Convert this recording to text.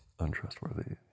untrustworthy